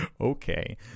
okay